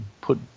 put